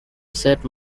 set